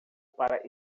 para